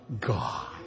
God